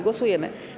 Głosujemy.